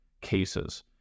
cases